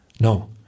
No